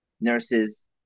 nurses